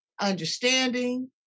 understanding